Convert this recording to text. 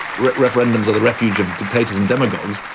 referendums are the refuge of dictators and demagogues.